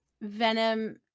venom